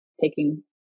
taking